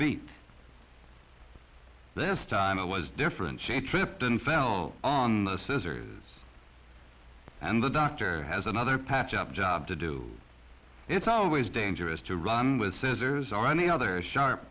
feet this time it was different shape tripped and fell on the scissors and the doctor has another patch up job to do it's always dangerous to run with scissors or any other sharp